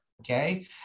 Okay